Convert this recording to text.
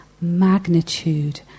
magnitude